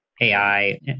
AI